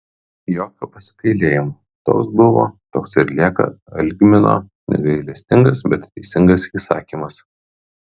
jokio pasigailėjimo toks buvo toks ir lieka algmino negailestingas bet teisingas įsakymas